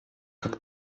как